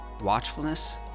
watchfulness